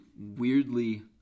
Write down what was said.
weirdly